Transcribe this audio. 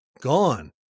gone